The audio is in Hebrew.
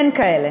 אין כאלה.